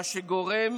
מה שגורם